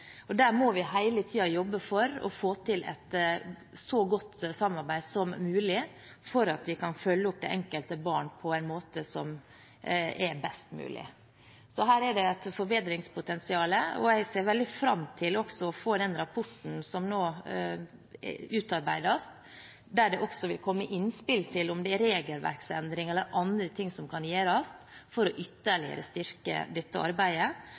og der må vi hele tiden jobbe for å få til et så godt samarbeid som mulig, for at vi kan følge opp det enkelte barn på en best mulig måte. Her er det et forbedringspotensial, og jeg ser veldig fram til å få den rapporten som nå utarbeides, der det også vil komme innspill til om det er regelverksendringer eller andre ting som kan gjøres for ytterligere å styrke dette arbeidet,